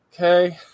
Okay